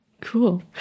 cool